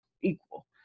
equal